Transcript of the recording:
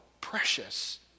precious